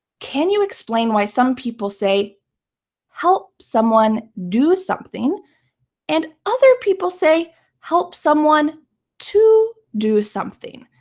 can you explain why some people say help someone do something and other people say help someone to do something?